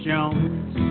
Jones